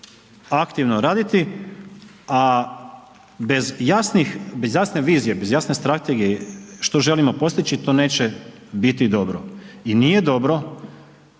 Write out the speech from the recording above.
aktivno raditi, a bez jasnih, bez jasne vizije, bez jasne strategije što želimo postići to neće biti dobro. I nije dobro